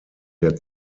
der